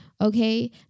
okay